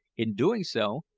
in doing so,